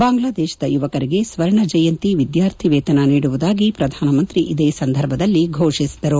ಬಾಂಗ್ಲಾದೇಶದ ಯುವಕರಿಗೆ ಸ್ವರ್ಣ ಜಯಂತಿ ವಿದ್ಯಾರ್ಥಿ ವೇತನ ನೀಡುವುದಾಗಿ ಪ್ರಧಾನಮಂತ್ರಿ ಇದೇ ಸಂದರ್ಭದಲ್ಲಿ ಮೋಷಿಸಿದರು